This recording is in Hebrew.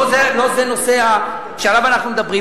לא זה הנושא שעליו אנחנו מדברים.